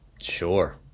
Sure